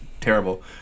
terrible